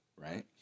right